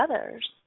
others